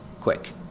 quick